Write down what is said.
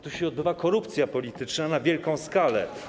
Tu się odbywa korupcja polityczna na wielką skalę.